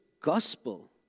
gospel